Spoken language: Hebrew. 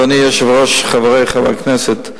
אדוני היושב-ראש, חברי חברי הכנסת,